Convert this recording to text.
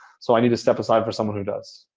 so i need to step aside for someone who does.